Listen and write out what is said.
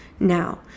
Now